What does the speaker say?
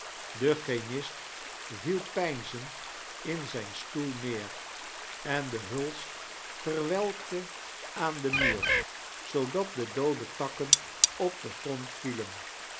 de chemist viel peimzend in zijn srtoel neer en de hulst veirwelkte aaai den moiur zoodat de doode tokken op den grond vitelen